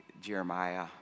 Jeremiah